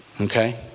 okay